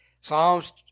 Psalms